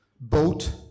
Boat